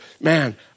man